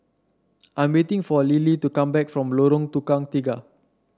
I'm waiting for Lilie to come back from Lorong Tukang Tiga